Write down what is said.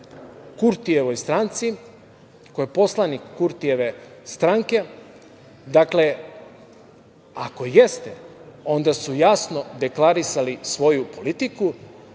Kurtijevoj stranci, koja je poslanik Kurtijeve stranke. Ako jeste, onda su jasno deklarisali svoju politiku,